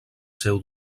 seu